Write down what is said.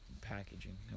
packaging